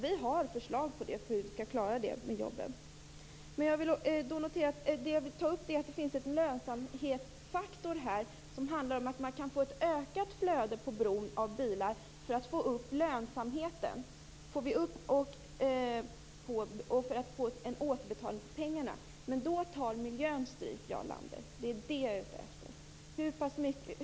Vi har förslag på hur vi skall klara jobben. Det finns en lönsamhetsfaktor här, som handlar om att man kan skapa ett ökat flöde av bilar på bron för att öka lönsamheten och få tillbaka pengarna. Men då tar miljön stryk, Jarl Lander. Det är det jag är ute efter.